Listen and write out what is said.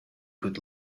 could